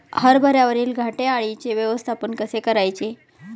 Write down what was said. हरभऱ्यावरील घाटे अळीचे व्यवस्थापन कसे करायचे?